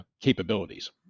capabilities